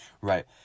right